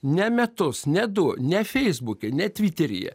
ne metus ne du ne feisbuke ne tviteryje